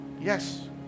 Yes